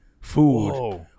Food